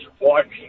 watching